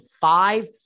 five